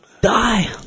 die